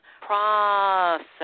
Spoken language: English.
process